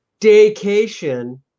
daycation